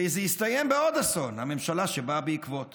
וזה הסתיים בעוד אסון, הממשלה שבאה בעקבות